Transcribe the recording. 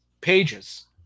pages